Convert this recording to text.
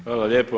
Hvala lijepo.